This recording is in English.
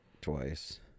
twice